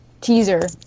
teaser